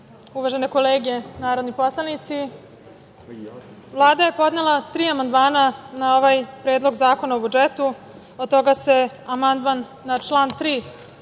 uvažene kolege narodni poslanici, Vlada je podnela tri amandmana na ovaj Predlog zakona o budžetu. Od toga se amandman na član 3.